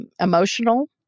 emotional